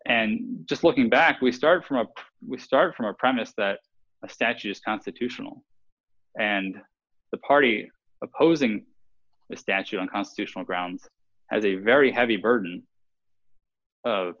and just looking back we start from a we start from a premise that a statute is constitutional and the party opposing a statute on constitutional grounds as a very heavy burden